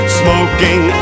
smoking